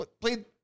played